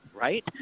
right